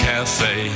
Cafe